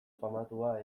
famatua